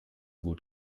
gut